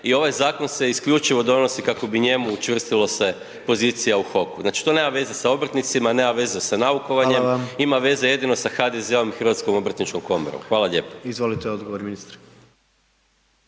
i ovaj zakon se isključivo donosi kako bi njemu učvrstilo se pozicija u HOK-u. Znači, to nema veze sa obrtnicima, nema veze sa naukovanje, ima veze jedino sa HDZ-om i HOK-om. Hvala lijepo. **Jandroković, Gordan